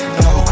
no